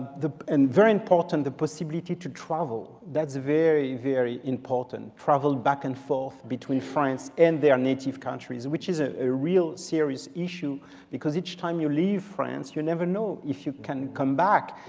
and very important, the possibility to travel. that's very, very important travel back and forth between france and their native countries, which is ah a real serious issue because each time you leave france you never know if you can come back,